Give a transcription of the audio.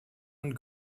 and